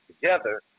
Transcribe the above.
together